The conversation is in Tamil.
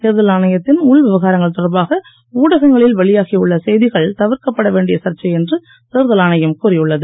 தேர்தல் ஆணையத்தின் உள் விவகாரங்கள் தொடர்பாக ஊடகங்களில் வெளியாகி உள்ள செய்திகள் தவிர்க்கப்பட வேண்டிய சர்ச்சை என்று தேர்தல் ஆணையம் கூறியுள்ளது